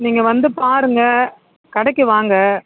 நீங்கள் வந்து பாருங்கள் கடைக்கு வாங்க